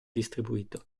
distribuito